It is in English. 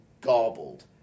garbled